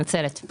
אני מתנצלת.